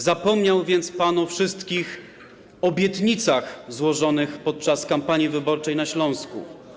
Zapomniał więc pan o wszystkich obietnicach złożonych podczas kampanii wyborczej na Śląsku.